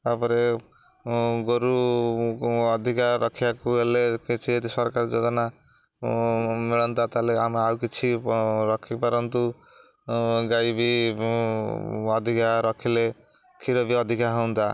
ତାପରେ ଗୋରୁ ଅଧିକା ରଖିବାକୁ ହେଲେ କିଛି ଯଦି ସରକାର ଯୋଜନା ମିଳନ୍ତା ତାହେଲେ ଆମେ ଆଉ କିଛି ରଖିପାରନ୍ତୁ ଗାଈ ବି ଅଧିକା ରଖିଲେ କ୍ଷୀର ବି ଅଧିକା ହୁଅନ୍ତା